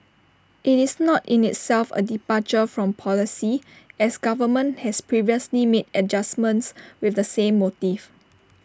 IT is not in itself A departure from policy as government has previously made adjustments with the same motive